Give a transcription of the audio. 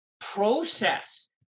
process